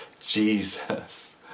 Jesus